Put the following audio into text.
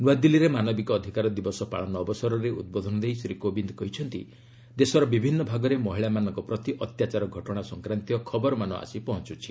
ନ୍ତଆଦିଲ୍ଲୀରେ ମାନବିକ ଅଧିକାର ଦିବସ ପାଳନ ଅବସରରେ ଉଦ୍ବୋଧନ ଦେଇ ଶ୍ରୀ କୋବିନ୍ଦ କହିଛନ୍ତି ଦେଶର ବିଭିନ୍ନ ଭାଗରେ ମହିଳାମାନଙ୍କ ପ୍ରତି ଅତ୍ୟାଚାର ଘଟଣା ସଂକ୍ରାନ୍ତୀୟ ଖବରମାନ ଆସି ପହଞ୍ଚୁଛି